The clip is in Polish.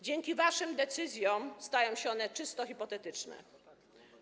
Dzięki waszym decyzjom stają się one czysto hipotetyczne.